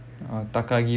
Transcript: ah takagi ramen right